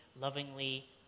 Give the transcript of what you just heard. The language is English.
lovingly